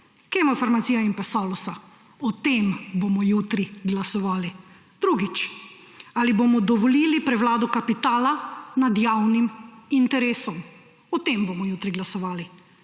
Kemofarmacije in Salusa. O tem bomo jutri glasovali. Drugič, ali bomo dovolili prevlado kapitala nad javnim interesom. O tem bomo jutri glasovali.